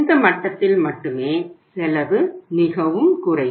இந்த மட்டத்தில் மட்டுமே செலவு மிகவும் குறையும்